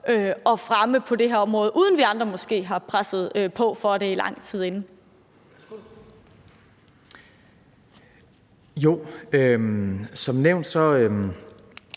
at fremme på det her område, uden at vi andre måske har presset på for det lang tid inden? Kl.